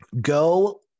go